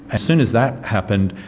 as soon as that happened,